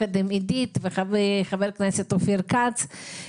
ביחד עם עידית וחבר הכנסת אופיר כץ,